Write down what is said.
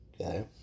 Okay